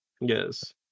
Yes